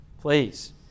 please